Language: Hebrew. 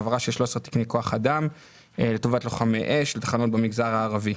העברה של 13 תקני כוח אדם לטובת לוחמי אש לתחנות במגזר הערבי.